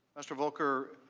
mr. volker,